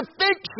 fix